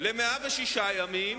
ל-106 ימים,